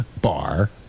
bar